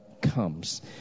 comes